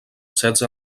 setze